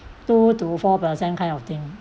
two to four percent kind of thing